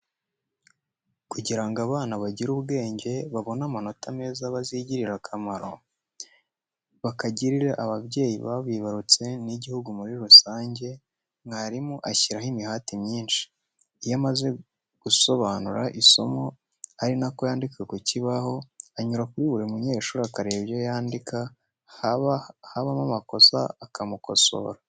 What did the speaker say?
Kugira ngo abana bagire ubwenge, babone amanota meza, bazigirire akamaro, bakagirire ababyeyi babibarutse n'igihugu muri rusange, mwarimu ashyiraho imihati myinshi. Iyo amaze gusobanura isomo ari na ko yandika ku kibaho, anyura kuri buri munyeshuri akareba ibyo yandika, haba harimo amakosa akamukosora.